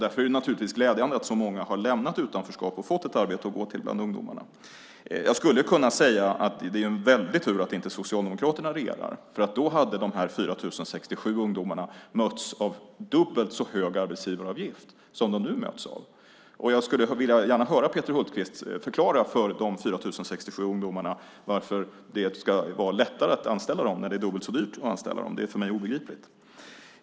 Därför är det glädjande att så många har lämnat utanförskap och fått ett arbete att gå till bland ungdomarna. Jag skulle kunna säga att det är en väldig tur att inte Socialdemokraterna regerar, för då hade de här 4 067 ungdomarna mötts av dubbelt så hög arbetsgivaravgift som de nu möts av. Jag skulle gärna vilja höra Peter Hultqvist förklara för de 4 067 ungdomarna varför det ska vara lättare att anställa dem när det är dubbelt så dyrt att anställa dem. Det är för mig obegripligt.